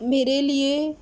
میرے لیے